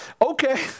Okay